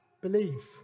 Believe